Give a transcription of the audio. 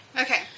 Okay